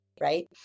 Right